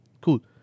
Cool